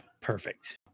perfect